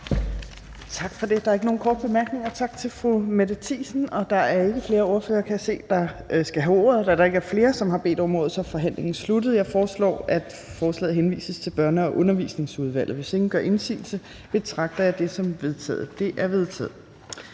Tak for det. Der er ikke nogen korte bemærkninger, så tak til fru Mette Thiesen. Da der ikke er flere, som har bedt om ordet, er forhandlingen sluttet. Jeg foreslår, at forslaget henvises til Børne- og Undervisningsudvalget. Hvis ingen gør indsigelse, betragter jeg det som vedtaget. Det er vedtaget.